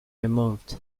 removed